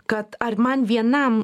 kad ar man vienam